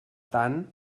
tant